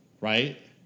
right